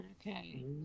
Okay